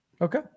Okay